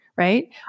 right